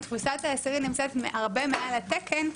תפוסת האסירים נמצאת הרבה מעל התקן,